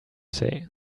say